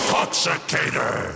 Toxicator